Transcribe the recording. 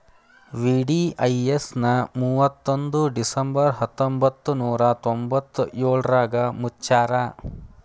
VDIS ನ ಮುವತ್ತೊಂದ್ December ಹತ್ತೊಂಬತ್ ನೂರಾ ತೊಂಬತ್ತಯೋಳ್ರಾಗ ಮುಚ್ಚ್ಯಾರ